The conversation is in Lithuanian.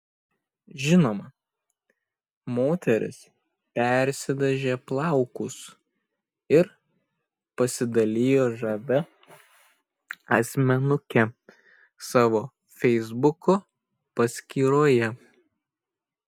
žinoma moteris persidažė plaukus ir pasidalijo žavia asmenuke savo feisbuko paskyroje